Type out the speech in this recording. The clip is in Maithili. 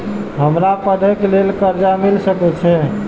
हमरा पढ़े के लेल कर्जा मिल सके छे?